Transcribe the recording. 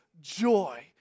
joy